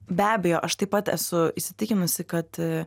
be abejo aš taip pat esu įsitikinusi kad